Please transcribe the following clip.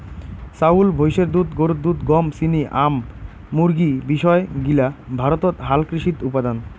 চাউল, ভৈষের দুধ, গরুর দুধ, গম, চিনি, আম, মুরগী বিষয় গিলা ভারতত হালকৃষিত উপাদান